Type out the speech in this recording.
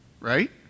Right